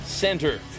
center